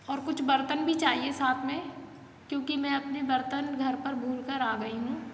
और कुछ बर्तन भी चाहिए साथ में क्योंकि मैं अपने बर्तन घर पर भूल कर आ गई हूँ